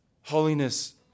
Holiness